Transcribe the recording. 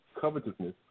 covetousness